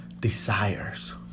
desires